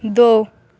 दो